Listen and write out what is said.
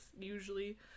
usually